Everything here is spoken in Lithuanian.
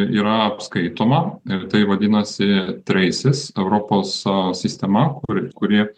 yra apskaitoma ir tai vadinasi treisis europos sistema kur kuri